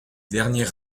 derniers